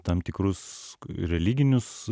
tam tikrus religinius